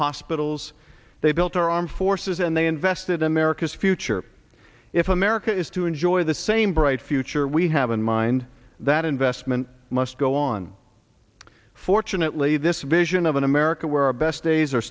hospitals they built our armed forces and they invested america's future if america is to enjoy the same bright future we have in mind that investment must go on fortunately this vision of an america where our best days are